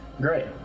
Great